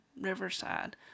riverside